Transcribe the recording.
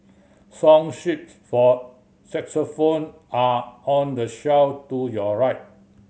song sheets for xylophone are on the shelf to your right